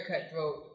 cutthroat